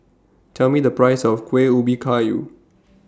Tell Me The Price of Kueh Ubi Kayu